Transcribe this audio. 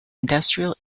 industrial